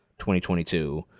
2022